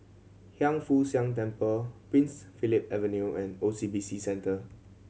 Hiang Foo Siang Temple Prince Philip Avenue and O C B C Centre